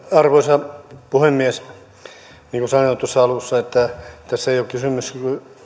arvoisa puhemies niin kuin sanoin tuossa alussa tässä ei ole kysymys